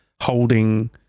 holding